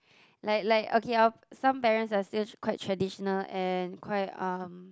like like okay our some parents are still quite traditional and quite um